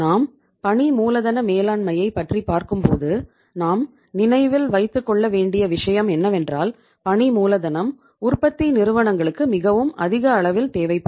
நாம் பணி மூலதன மேலாண்மையை பற்றி பார்க்கும்போது நாம் நினைவில் வைத்துக் கொள்ள வேண்டிய விஷயம் என்னவென்றால் பணி மூலதனம் உற்பத்தி நிறுவனங்களுக்கு மிகவும் அதிக அளவில் தேவைப்படும்